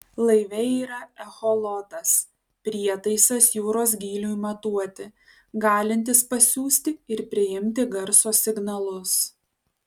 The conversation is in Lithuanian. laive yra echolotas prietaisas jūros gyliui matuoti galintis pasiųsti ir priimti garso signalus